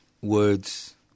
words